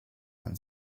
and